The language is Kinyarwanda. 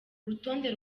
urutonde